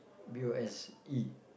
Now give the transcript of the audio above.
B O S E